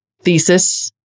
thesis